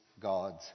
God's